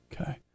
Okay